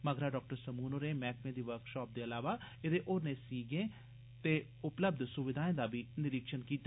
मगरा डाक्टर सामून होरें मैहकमे दी वर्कशाप दे इलावा एदे होरने सीगें ते उपलब्ध सुविधाएं दा बी निरीक्षण कीता